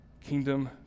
kingdom